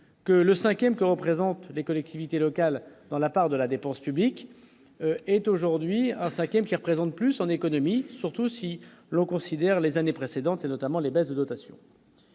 que le 5ème que représentent les collectivités locales dans la part de la dépense publique est aujourd'hui un 5ème qui représente plus en économie, surtout si l'on considère les années précédentes, et notamment les baisses de dotations.